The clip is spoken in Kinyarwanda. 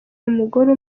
mugore